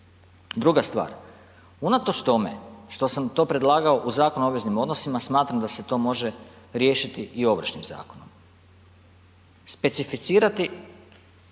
Druga stvar, unatoč tome što sam to predlagao u Zakonu o obveznim odnosima, smatram da se to može riješiti i Ovršnim zakonom specificirati